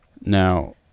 Now